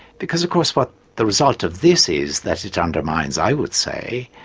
because of course what the result of this is, that it undermines, i would say,